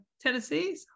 Tennessee